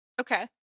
Okay